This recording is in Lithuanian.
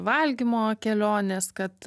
valgymo kelionės kad